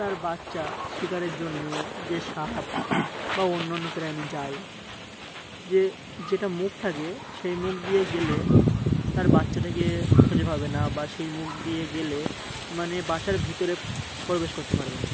তার বাচ্চা শিকারের জন্যে যে সাপ বা অন্য অন্য প্রাণী যায় যে যেটা মুখ থাকে সেই মুখ দিয়ে গেলে তার বাচ্চা থেকে খুঁজে পাবে না বা সেই মুখ দিয়ে গেলে মানে বাসার ভেতরে প্রবেশ করতে পারবে না